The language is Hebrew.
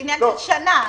זה עניין של שנה.